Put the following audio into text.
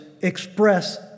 express